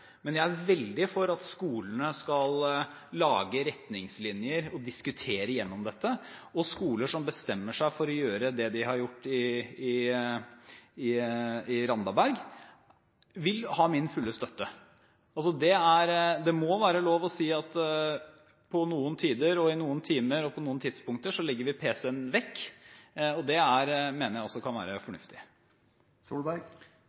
Men jeg er veldig for at skolene skal lage retningslinjer og diskutere dette, og skoler som bestemmer seg for å gjøre det de har gjort i Randaberg, vil ha min fulle støtte. Det må være lov til å si at i noen timer og på noen tidspunkter legger vi pc-en vekk, og det mener jeg også kan være fornuftig. Jeg vil takke statsråden for